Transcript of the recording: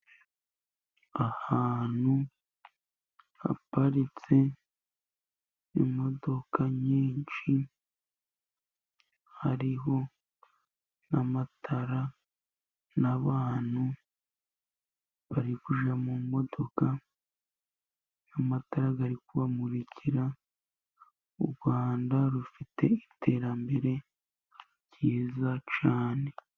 Ahantu haparitse imodoka nyinshi, hariho n'amatara, n'abantu bari kujya mu modoka, n'amatara ari kubamurikira, u Rwanda rufite iterambere ryiza cyane.